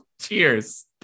Cheers